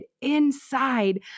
inside